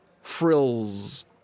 frills